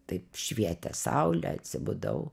taip švietė saulė atsibudau